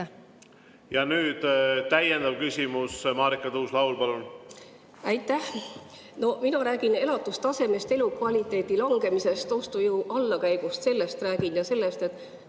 Nüüd täiendav küsimus, Marika Tuus-Laul, palun! Aitäh! No mina räägin elatustasemest, elukvaliteedi langemisest, ostujõu allakäigust. Sellest ma räägin ja sellest, et